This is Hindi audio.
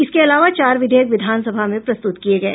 इसके अलावा चार विधेयक विधानसभा में प्रस्तुत किये गये